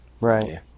Right